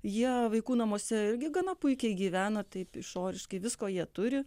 jie vaikų namuose irgi gana puikiai gyvena taip išoriškai visko jie turi